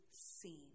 seen